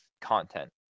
content